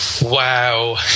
Wow